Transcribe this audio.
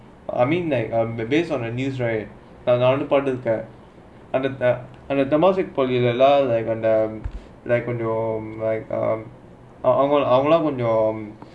I mean like um based on the news right நானும் பட்டுருக்கே:naanum patturukkae like um like அவங்கெல்லாம் கொஞ்சம்:avangelaam konjam